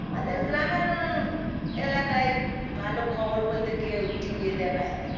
আমাদের গ্রামের এলাকায় ভালো খবর বলতে কেউ টি ভিতে দেখায় না